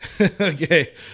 Okay